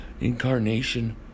incarnation